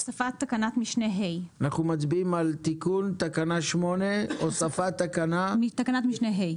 אנחנו מצביעים על תיקון תקנה 8 הוספת תקנת משנה (ה),